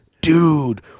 dude